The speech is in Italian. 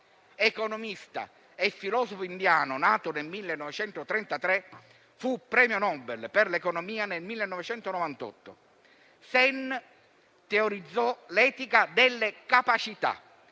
Economista e filosofo indiano nato nel 1933, premio Nobel per l'economia nel 1998, Sen teorizzò l'etica delle capacità: